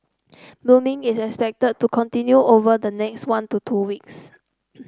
blooming is expected to continue over the next one to two weeks